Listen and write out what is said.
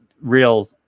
real